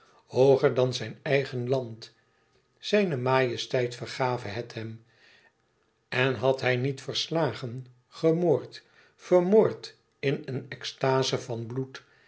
hooger dan zijn eigen land zijne majesteit vergave het hem en had hij niet verslagen gemoord vermoord in een extaze van bloed